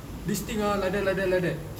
this thing ah like that like that like that